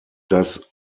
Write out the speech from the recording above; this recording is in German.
das